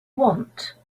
want